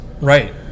Right